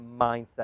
mindset